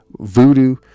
voodoo